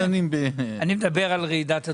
אני מדבר על רעידת אדמה.